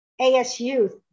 ASU